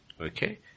Okay